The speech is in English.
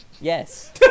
Yes